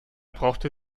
brauchte